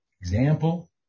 example